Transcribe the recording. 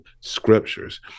scriptures